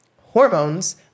hormones